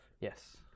Yes